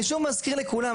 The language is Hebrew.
אני שוב מזכיר לכולם,